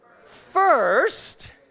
first